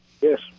yes